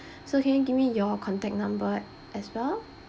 so can you give me your contact number as well